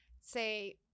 say